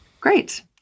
Great